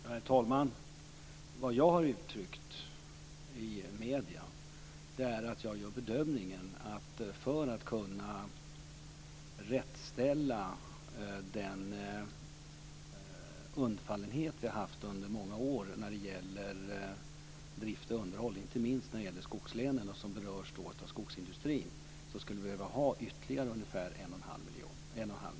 Herr talman! Vad jag har uttryckt i medierna är att jag gör bedömningen att för att kunna ställa till rätta den undfallenhet som vi har haft under många år när det gäller drift och underhåll - inte minst när det gäller skogslänen, som berörs av skogsindustrin - skulle vi behöva ha ytterligare ungefär 1 1⁄2 miljard.